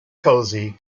cosy